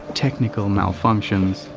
technical malfunctions,